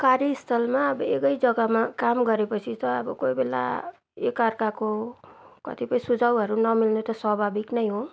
कार्यस्थलमा अब एउटै जग्गामा काम गरेपछि त कोहीबेला एक आर्काको कतिपय सुझाउहरू नमिल्ने त स्वाभाविक नै हो